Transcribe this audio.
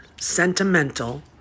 sentimental